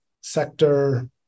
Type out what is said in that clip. sector